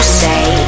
say